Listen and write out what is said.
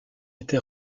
été